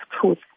truth